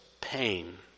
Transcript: pain